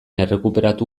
errekuperatu